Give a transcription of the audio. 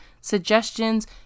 suggestions